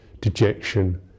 dejection